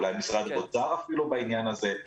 אולי משרד האוצר אפילו בעניין הזה,